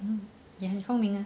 你很聪明 ah